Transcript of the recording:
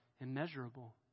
immeasurable